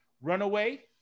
Runaway